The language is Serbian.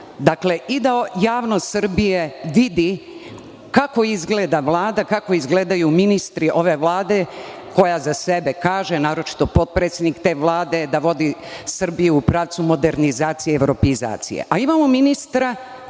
zadovoljna da javnost Srbije vidi kako izgleda Vlada, kako izgledaju ministri ove Vlade koja za sebe kaže, naročito potpredsednik te Vlade, da vodi Srbiju u pravcu modernizacije i evropeizacije.